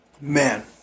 man